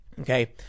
Okay